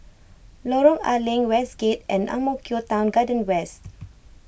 Lorong A Leng Westgate and Ang Mo Kio Town Garden West